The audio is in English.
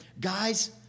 guys